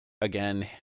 again